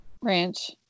Ranch